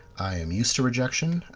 i'm used to rejection.